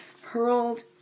hurled